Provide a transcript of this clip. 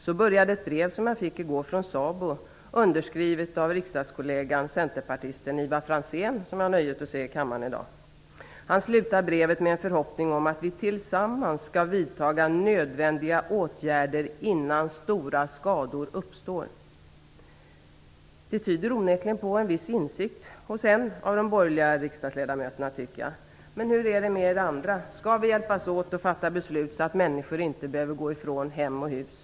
Så börjar ett brev som jag fick i går från SABO, underskrivet av riksdagskollegan Ivar Franzén, centerpartist, som vi kan se här i kammaren i dag. Han slutar brevet med en förhoppning att ''vi tillsammans skall vidtaga nödvändiga åtgärder innan stora skador uppstår''. Det tyder onekligen på en viss insikt hos en av de borgerliga riksdagsledamöterna. Hur är det med er andra? Skall vi hjälpas åt att fatta beslut, så att människor inte skall behöva gå från hem och hus?